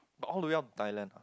all the way up to Thailand